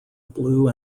blue